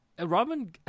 Robin